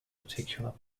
particular